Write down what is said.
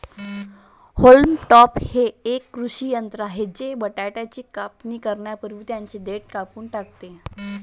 haulm topper हे एक कृषी यंत्र आहे जे बटाट्याची कापणी करण्यापूर्वी त्यांची देठ कापून टाकते